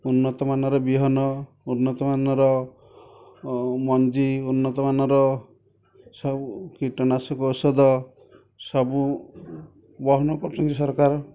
ଉନ୍ନତମାନର ବିହନ ଉନ୍ନତମାନର ମଞ୍ଜି ଉନ୍ନତମାନର ସବୁ କୀଟନାଶକ ଔଷଧ ସବୁ ବହନ କରୁଛନ୍ତି ସରକାର